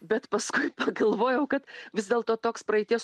bet paskui pagalvojau kad vis dėlto toks praeities